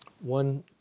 one